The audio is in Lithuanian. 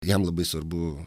jam labai svarbu